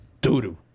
doo-doo